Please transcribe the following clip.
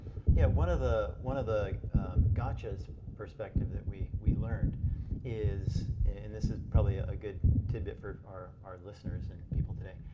yeah one of the one of the gotchas perspective that we we learned is and this is probably a good tidbit for our our listeners and people today.